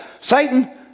Satan